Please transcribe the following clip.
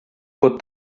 put